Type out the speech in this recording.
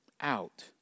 out